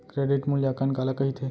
Credit मूल्यांकन काला कहिथे?